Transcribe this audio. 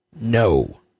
no